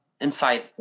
inside